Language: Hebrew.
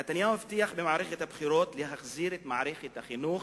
נתניהו הבטיח במערכת הבחירות להחזיר את מערכת החינוך